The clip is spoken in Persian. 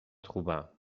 خوبم